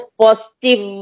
positive